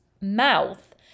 mouth